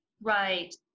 Right